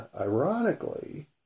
ironically